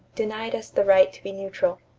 denied us the right to be neutral.